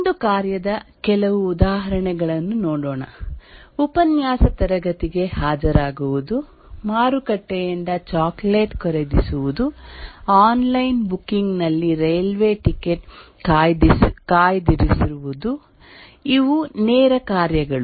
ಒಂದು ಕಾರ್ಯದ ಕೆಲವು ಉದಾಹರಣೆಗಳನ್ನು ನೀಡೋಣ ಉಪನ್ಯಾಸ ತರಗತಿಗೆ ಹಾಜರಾಗುವುದು ಮಾರುಕಟ್ಟೆಯಿಂದ ಚಾಕೊಲೇಟ್ ಖರೀದಿಸುವುದು ಆನ್ಲೈನ್ ಬುಕಿಂಗ್ ನಲ್ಲಿ ರೈಲ್ವೆ ಟಿಕೆಟ್ ಕಾಯ್ದಿರಿಸುವುದು ಇವು ನೇರ ಕಾರ್ಯಗಳು